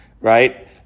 right